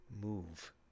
move